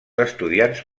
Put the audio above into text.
estudiants